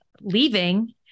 leaving